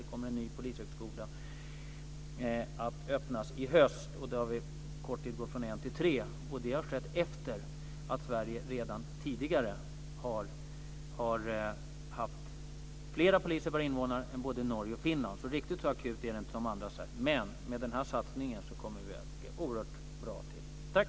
En ny polishögskola kommer att öppnas i höst. Vi har på kort tid gått från en till tre. Och detta har skett trots att Sverige redan tidigare har haft fler poliser per invånare än både Norge och Finland, så det är inte riktigt så akut som andra har sagt. Men med den här satsningen kommer vi att ligga oerhört bra till. Tack!